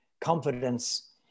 confidence